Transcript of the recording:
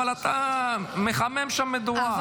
אבל אתה מחמם שם מדורה.